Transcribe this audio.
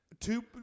two